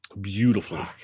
Beautiful